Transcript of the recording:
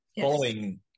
following